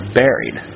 buried